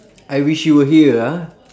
I wish you were here ah